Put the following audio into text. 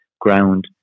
ground